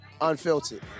Unfiltered